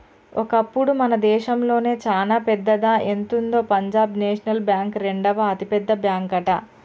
ఒకప్పుడు మన దేశంలోనే చానా పెద్దదా ఎంతుందో పంజాబ్ నేషనల్ బ్యాంక్ రెండవ అతిపెద్ద బ్యాంకట